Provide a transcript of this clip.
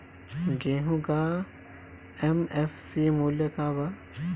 गेहू का एम.एफ.सी मूल्य का बा?